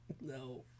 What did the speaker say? No